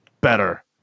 better